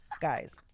guys